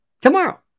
Tomorrow